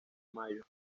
mayo